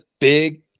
big